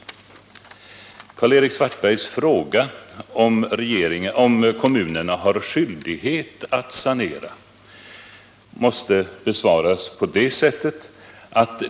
Karl-Erik Svartbergs fråga om kommunerna har skyldighet att sanera måste besvaras på följande sätt.